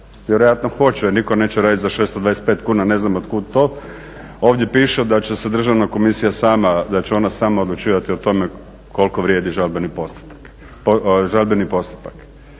Vjerojatno hoće jer nitko neće raditi za 625 kuna, ne znam otkud to. Ovdje piše da će Država komisija sama odlučivati o tome koliko vrijedi žalbeni postupak.